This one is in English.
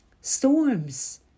Storms